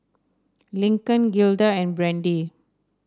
Lincoln Gilda and Brandee